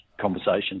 conversation